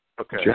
Okay